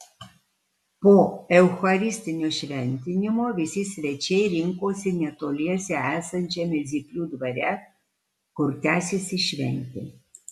po eucharistinio šventimo visi svečiai rinkosi netoliese esančiame zyplių dvare kur tęsėsi šventė